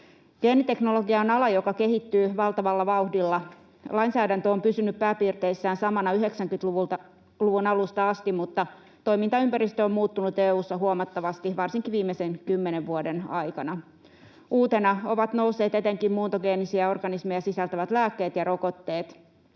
Geeniteknologia on ala, joka kehittyy valtavalla vauhdilla. Lainsäädäntö on pysynyt pääpiirteissään samana 90-luvun alusta asti, mutta toimintaympäristö on muuttunut EU:ssa huomattavasti varsinkin viimeisen kymmenen vuoden aikana. Uutena ovat nousseet etenkin muuntogeenisiä organismeja sisältävät lääkkeet ja rokotteet,